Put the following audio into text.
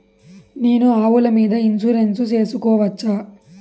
నేను ఆవుల మీద ఇన్సూరెన్సు సేసుకోవచ్చా?